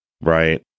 right